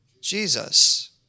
Jesus